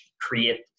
create